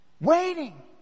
waiting